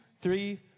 three